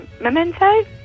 Memento